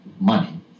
money